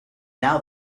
now